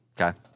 Okay